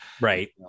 Right